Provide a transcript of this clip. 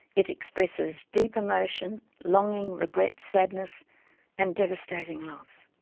it expresses deep emotion, longing, regret, sadness and devastating loss.